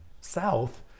south